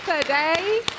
today